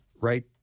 right